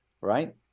right